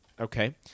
okay